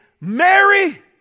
Mary